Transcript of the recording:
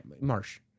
Marsh